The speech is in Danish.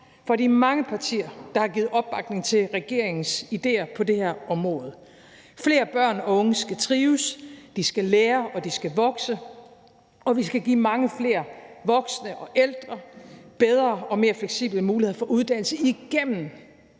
til de mange partier, der har givet opbakning til regeringens idéer på det her område. Flere børn og unge skal trives. De skal lære, og de skal vokse, og vi skal give mange flere voksne og ældre bedre og mere fleksible muligheder for uddannelse igennem